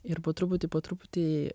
ir po truputį po truputį